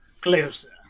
Closer